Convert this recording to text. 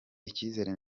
icyizere